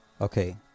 Okay